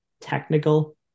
technical